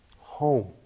home